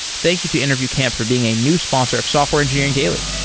thank you to interview camp for being a new sponsor of software engineering daily